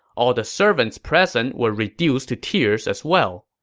all the servants present were reduced to tears as well.